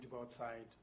outside